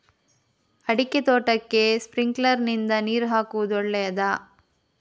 ಅಡಿಕೆ ತೋಟಕ್ಕೆ ಸ್ಪ್ರಿಂಕ್ಲರ್ ನಿಂದ ನೀರು ಹಾಕುವುದು ಒಳ್ಳೆಯದ?